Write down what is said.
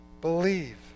believe